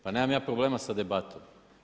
Pa nemam ja problema sa debatom.